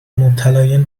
مبتلایان